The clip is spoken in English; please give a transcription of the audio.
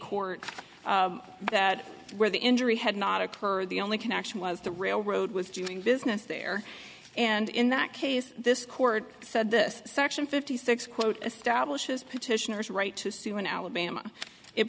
court that where the injury had not occurred the only connection was the railroad was doing business there and in that case this court said this section fifty six quote establishes petitioners right to sue in alabama it